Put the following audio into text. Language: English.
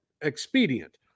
expedient